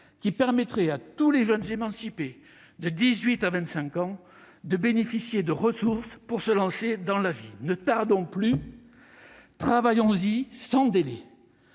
qui permettrait à tous les jeunes émancipés de 18 ans à 25 ans de bénéficier de ressources pour se lancer dans la vie active. Ne tardons plus. Travaillons-y sans délai